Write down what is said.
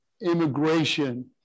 immigration